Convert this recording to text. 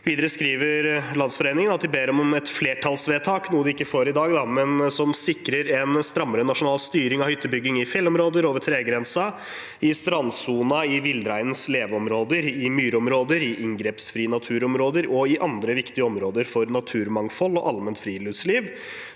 Videre skriver landsforbundet at de ber om et flertallsvedtak – noe de ikke får i dag – som sikrer en strammere nasjonal styring av hyttebygging i fjellområder over tregrensen, i strandsonen, i villreinens leveområder, i myrområder, i inngrepsfrie naturområder og i andre viktige områder for naturmangfold og allment friluftsliv,